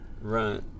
Right